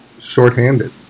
shorthanded